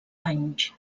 anys